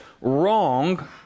wrong